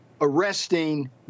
arresting